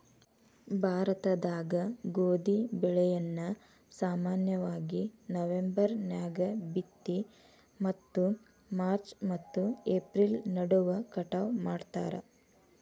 ಭಾರತದಾಗ ಗೋಧಿ ಬೆಳೆಯನ್ನ ಸಾಮಾನ್ಯವಾಗಿ ನವೆಂಬರ್ ನ್ಯಾಗ ಬಿತ್ತಿ ಮತ್ತು ಮಾರ್ಚ್ ಮತ್ತು ಏಪ್ರಿಲ್ ನಡುವ ಕಟಾವ ಮಾಡ್ತಾರ